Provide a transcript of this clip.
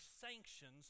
sanctions